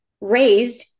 raised